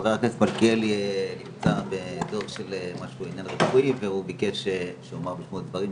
חבר הכנסת מלכיאלי נמצא בתור לעניין רפואי והוא ביקש שאומר בשמו דברים,